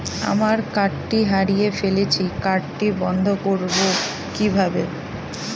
আমার কার্ডটি হারিয়ে ফেলেছি কার্ডটি বন্ধ করব কিভাবে?